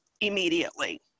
immediately